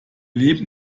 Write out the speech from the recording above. leben